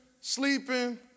sleeping